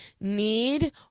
need